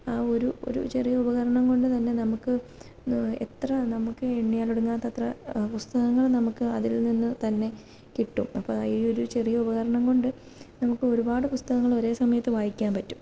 ഒരു ഒരു ചെറിയ ഉപകരണം കൊണ്ടുതന്നെ നമുക്ക് എത്ര നമുക്ക് എണ്ണിയാലൊടുങ്ങാത്ത അത്ര പുസ്തകങ്ങൾ നമുക്ക് അതിൽ നിന്ന് തന്നെ കിട്ടും അപ്പോൾ ഈ ഒരു ചെറിയ ഉപകരണം കൊണ്ട് നമുക്ക് ഒരുപാട് പുസ്തകങ്ങൾ ഒരേ സമയത്ത് വായിക്കാൻ പറ്റും